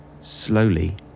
Slowly